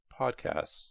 podcasts